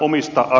oikein